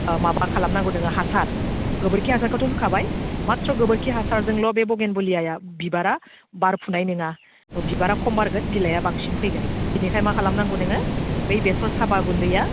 माबा खालामनांगौ नोङो हासार गोबोरखि हासारखौथ' होखाबाय मात्र' गोबोरखि हासारजोंल' बे बगेनभिलियाआ बिबारा बारफुनाय नङा बिबारा खम बारगोन बिलाइआ बांसिन फैगोन बेनिखायनो मा खालामनांगौ नोङो बै बेसर साबा गुन्दैया